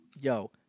Yo